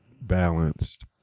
balanced